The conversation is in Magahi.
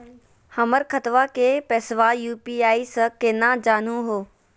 हमर खतवा के पैसवा यू.पी.आई स केना जानहु हो?